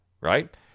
right